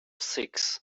six